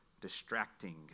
distracting